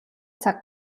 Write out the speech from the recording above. цаг